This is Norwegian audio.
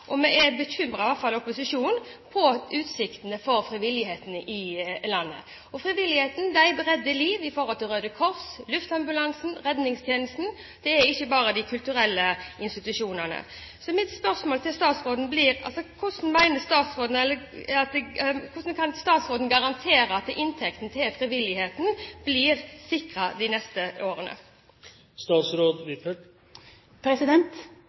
og vi er fra opposisjonens side bekymret for utsiktene for frivilligheten i landet. Frivilligheten redder liv. Det gjelder Røde Kors, luftambulansen og redningstjenesten. Det er ikke bare de kulturelle institusjonene. Så mitt spørsmål til statsråden blir: Hvordan kan statsråden garantere at inntekten til frivilligheten blir sikret de neste årene?